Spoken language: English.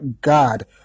God